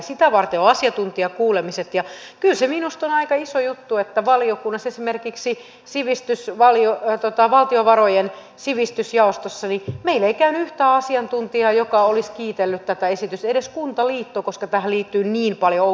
sitä varten ovat asiantuntijakuulemiset ja kyllä se minusta on aika iso juttu että valiokunnassa esimerkiksi valtiovarojen sivistysjaostossa meillä ei käynyt yhtään asiantuntijaa joka olisi kiitellyt tätä esitystä ei edes kuntaliitosta koska tähän liittyy niin paljon ongelmia